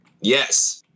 Yes